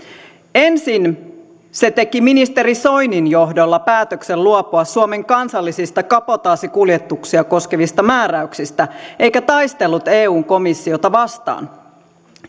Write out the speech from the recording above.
ensin se teki ministeri soinin johdolla päätöksen luopua suomen kansallisista kabotaasikuljetuksia koskevista määräyksistä eikä taistellut eun komissiota vastaan